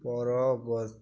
ପରବର୍ତ୍ତୀ